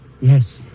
Yes